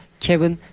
Kevin